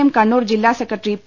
M Kannur ജില്ലാ secretary P